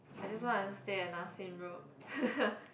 I just want to stay at Nassim road